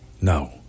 No